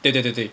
对对对对